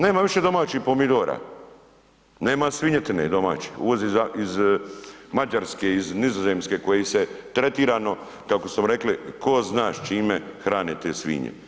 Nema više domaćih pomidora, nema svinjetine domaće, uvoz je iz Mađarske, iz Nizozemska koji se tretirano kako smo rekli tko zna s čime hrane te svinje.